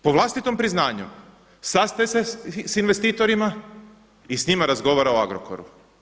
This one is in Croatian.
Po vlastitom priznanju, sastaje se s investitorima i s njima razgovara o Agrokoru.